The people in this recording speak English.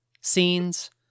scenes